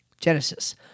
Genesis